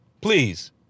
please